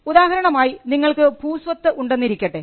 ഉദാഹരണമായി നിങ്ങൾക്ക് ഭൂസ്വത്ത് ഉണ്ടെന്നിരിക്കട്ടെ